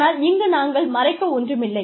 ஆனால் இங்கு நாங்கள் மறைக்க ஒன்றுமில்லை